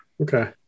Okay